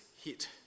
hit